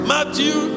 Matthew